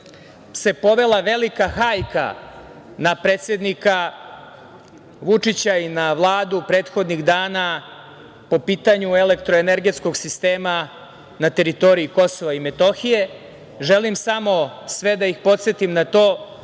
se povela velika hajka na predsednika Vučića i na Vladu prethodnih dana po pitanju elektroenergetskog sistema na teritoriji Kosova i Metohije. Želim samo da ih podsetim na to